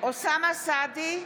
אוסאמה סעדי,